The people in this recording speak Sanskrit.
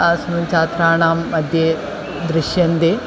अस्मिन् छात्राणाम्मध्ये दृश्यन्ते